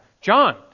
John